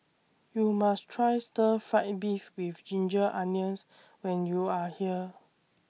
YOU must Try Stir Fried Beef with Ginger Onions when YOU Are here